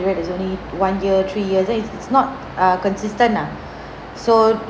period is only one year three years then it's it's not err consistent lah so